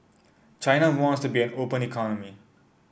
China wants to be an open economy